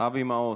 אבי מעוז.